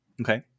Okay